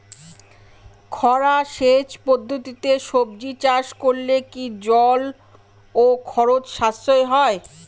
খরা সেচ পদ্ধতিতে সবজি চাষ করলে কি জল ও খরচ সাশ্রয় হয়?